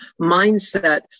mindset